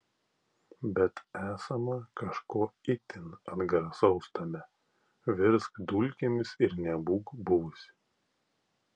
bet esama kažko itin atgrasaus tame virsk dulkėmis ir nebūk buvusi